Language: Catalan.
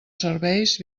serveis